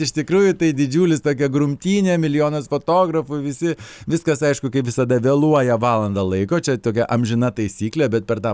iš tikrųjų tai didžiulis tokia grumtynė milijonas fotografų visi viskas aišku kaip visada vėluoja valandą laiko čia tokia amžina taisyklė bet per tą